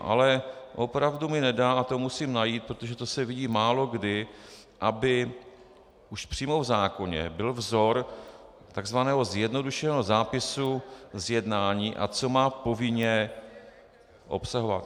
Ale opravdu mi nedá a to musím najít, protože to se vidí málokdy, aby už přímo v zákoně byl vzor takzvaného zjednodušeného zápisu z jednání, a co má povinně obsahovat.